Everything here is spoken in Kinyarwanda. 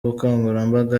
ubukangurambaga